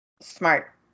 Smart